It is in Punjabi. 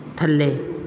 ਥੱਲੇ